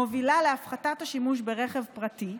מובילה להפחתת השימוש ברכב פרטי,